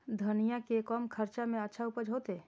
धनिया के कम खर्चा में अच्छा उपज होते?